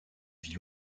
vie